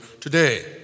today